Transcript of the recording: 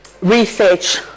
research